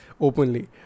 openly